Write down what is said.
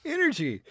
Energy